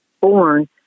born